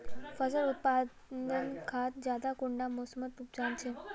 फसल उत्पादन खाद ज्यादा कुंडा मोसमोत उपजाम छै?